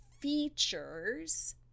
features